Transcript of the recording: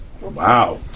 Wow